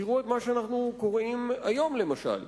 תראו את מה שאנחנו קוראים היום, למשל.